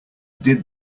did